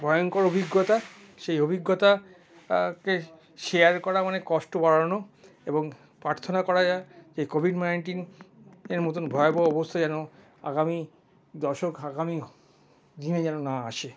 ভয়ংকর অভিজ্ঞতা সেই অভিজ্ঞতাকে শেয়ার করা মানে কষ্ট বাড়ানো এবং প্রার্থনা করা যায় যে কোভিড নাইনটিনের মত ভয়াবহ অবস্থা যেন আগামী দশক আগামী দিনে যেন না আসে